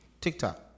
TikTok